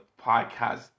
podcast